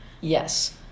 Yes